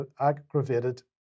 aggravated